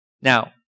Now